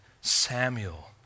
Samuel